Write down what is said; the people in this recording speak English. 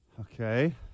Okay